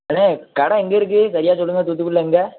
அண்ணே கடை எங்கே இருக்குது சரியாக சொல்லுங்கள் துாத்துக்குடியில் எங்கே